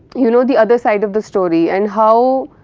you know the other side of the story and how